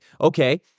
okay